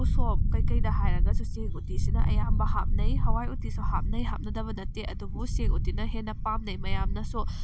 ꯎꯁꯣꯞ ꯀꯩꯀꯩꯗ ꯍꯥꯏꯔꯒꯁꯨ ꯆꯦꯡ ꯎꯇꯤꯁꯤꯅ ꯑꯌꯥꯝꯕ ꯍꯥꯞꯅꯩ ꯍꯋꯥꯏ ꯎꯇꯤꯁꯨ ꯍꯥꯞꯅꯩ ꯍꯥꯞꯅꯗꯕ ꯅꯠꯇꯦ ꯑꯗꯨꯕꯨ ꯆꯦꯡ ꯎꯇꯤꯅ ꯍꯦꯟꯅ ꯄꯥꯝꯅꯩ ꯃꯌꯥꯝꯅꯁꯨ